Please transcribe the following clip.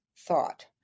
thought